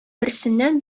берсеннән